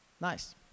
Nice